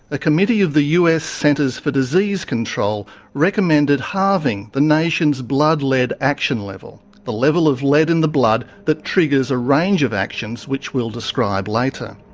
a committee of the us centers for disease control recommended halving the nation's blood lead action level the level of lead in the blood that triggers a range of actions, which we'll describe later.